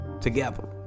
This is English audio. together